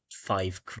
five